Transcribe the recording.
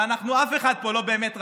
ואף אחד פה לא באמת רב,